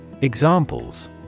Examples